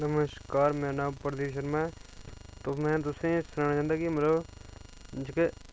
नमस्कार मेरा नांऽ प्रदीप शर्मा ऐ तो में तुसेंई सनाना चांह्दां कि मतलब जेह्के